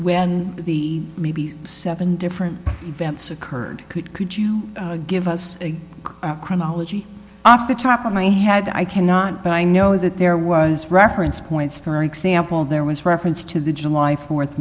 when the maybe seven different events occurred could you give us a chronology off the top of my had i cannot but i know that there was reference points for example there was reference to the july